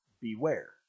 Beware